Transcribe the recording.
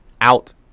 out